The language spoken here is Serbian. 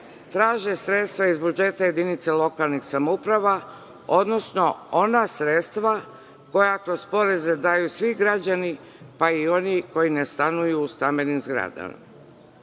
traže sredstva iz budžeta jedinice lokalnih samouprava, odnosno ona sredstva koja kroz poreze daju svi građani, pa i oni koji ne stanuju u stambenim